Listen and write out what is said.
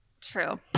True